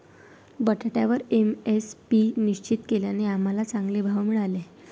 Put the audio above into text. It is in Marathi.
बटाट्यावर एम.एस.पी निश्चित केल्याने आम्हाला चांगले भाव मिळाले